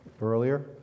earlier